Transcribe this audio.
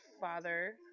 father